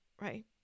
right